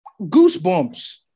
Goosebumps